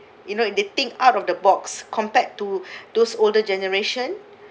you know they think out of the box compared to those older generation